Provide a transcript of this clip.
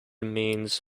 means